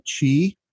Chi